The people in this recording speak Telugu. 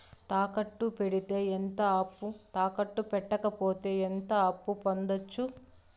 తాకట్టు పెడితే ఎంత అప్పు, తాకట్టు పెట్టకపోతే ఎంత అప్పు పొందొచ్చు?